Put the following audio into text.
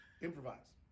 improvise